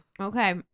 Okay